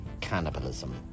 cannibalism